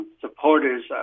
supporters